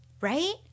right